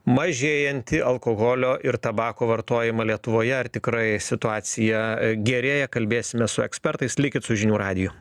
mažėjantį alkoholio ir tabako vartojimą lietuvoje ar tikrai situacija gerėja kalbėsime su ekspertais likit su žinių radiju